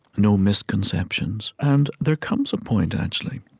no misconceptions. and there comes a point, actually,